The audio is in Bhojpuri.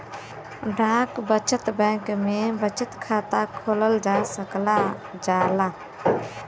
डाक बचत बैंक में बचत खाता खोलल जा सकल जाला